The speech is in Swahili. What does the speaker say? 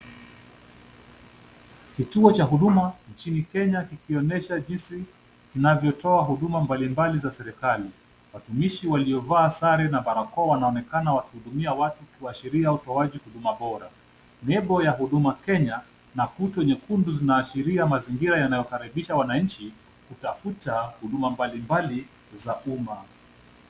Kituo cha huduma nchini Kenya kikionyesha jinsi kinavyotoa huduma mbalimbali za serikali. Watumishi waliovaa sare na barakoa wanaonekana wakihudumia watu, kuashiria utoaji huduma bora. Nembo ya Huduma Kenya na kutu nyekundu zinaashiria mazingira yanayokaribisha wananchi, kutafuta huduma mbalimbali za umma.